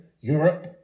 Europe